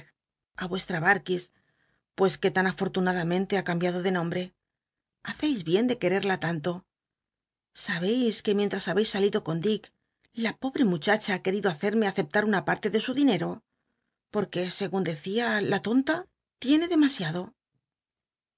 rucslla bal'lüs pues que tan afortunadamente ha cambiado de nombre haceis bien de quererla tanto sabcis que mienllas habcis salido con dick la pobre muchacha ha querido hacerme aceptar una pmtc de su dinero porque segun decia la tonta tiene demasiado